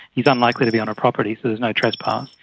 he is unlikely to be on her property, so there's no trespass.